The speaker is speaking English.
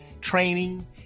training